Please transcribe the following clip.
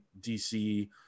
DC